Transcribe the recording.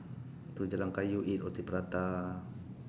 to jalan kayu eat roti prata